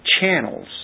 channels